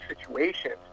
situations